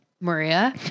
Maria